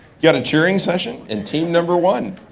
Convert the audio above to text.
got a cheering session. and team number one.